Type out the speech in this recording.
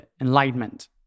enlightenment